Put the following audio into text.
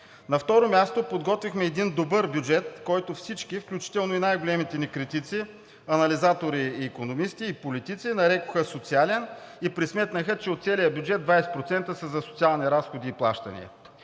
На второ място, подготвихме един добър бюджет, който всички, включително и най-големите ни критици, анализатори, икономисти и политици нарекоха социален и пресметнаха, че от целия бюджет 20% са за социални разходи и плащания